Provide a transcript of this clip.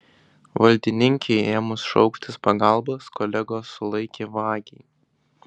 valdininkei ėmus šauktis pagalbos kolegos sulaikė vagį